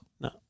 No